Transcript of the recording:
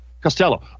Costello